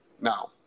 Now